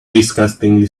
disgustingly